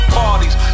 parties